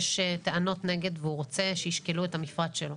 יש טענות נגד והוא רוצה שישקלו את המפרט שלו.